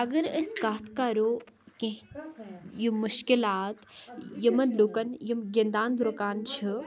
اگر أسۍ کَتھ کَرو کیٚنٛہہ یِم مُشکِلات یِمَن لُکَن یِم گِنٛدان درُکان چھِ